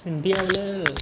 இந்தியாவில்